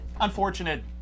unfortunate